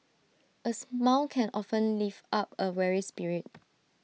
A smile can often lift up A weary spirit